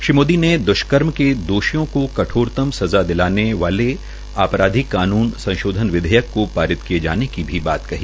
श्री मोदी ने द्वष्कर्म के दोषियों को कठोरतम सज़ा दिलाने वाले आपराधिक कान्न संशोधित विधेयक को पारित किये जाने की भी बात कही